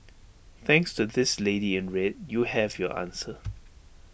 thanks to this lady in red you have your answer